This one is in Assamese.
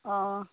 অঁ